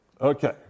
Okay